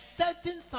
certain